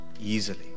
easily